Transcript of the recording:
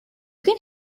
could